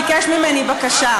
שר התחבורה ביקש ממני בקשה.